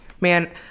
Man